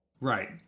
Right